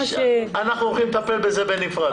אנחנו הולכים לטפל בזה בנפרד.